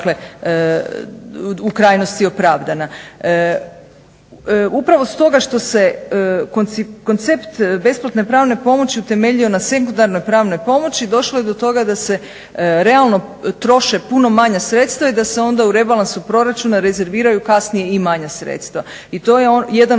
u krajnosti opravdana. Upravo stoga što se koncept besplatne pravne pomoći utemeljio na sekundarnoj pravnoj pomoći došlo je do toga da se realno troše puno manja sredstva i da se onda u rebalansu proračuna rezerviraju kasnija i manja sredstva i to je jedan